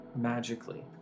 magically